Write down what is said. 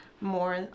more